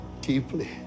deeply